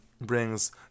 brings